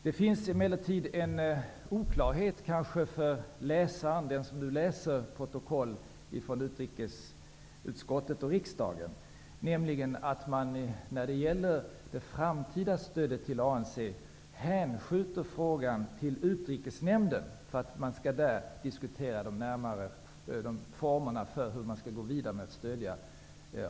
Det finns emellertid en oklarhet för den som läser protokollen från utrikesutskottet och riksdagen, nämligen att frågan om det framtida stödet till ANC hänskjuts till Utrikesnämnden. Där skall de närmare formerna för stödet till ANC diskuteras.